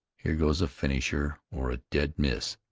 here goes a finisher or a dead miss.